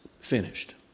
finished